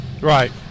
Right